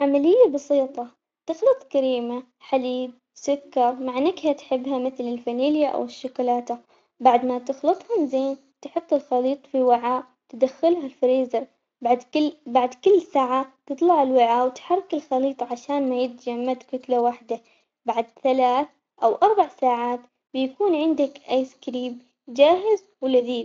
عملية بسيطة تخلط كريمة حليب سكر مع نكهة تحبها مثل الفانيليا أو الشكولاتة، بعد ما تخلطهم زين تحط الخليط في وعاء تدخله الفريزر بعد كل بعد كل ساعة تكلع الوعاء وتحرك الخليط عشان ما يتجمد كتلة وحدة، بعد ثلاث أو أربع بيكون عندك أيس كريم جاهز ولذيذ.